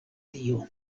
tio